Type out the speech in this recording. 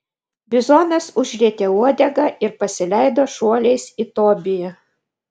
bizonas užrietė uodegą ir pasileido šuoliais į tobiją